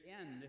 end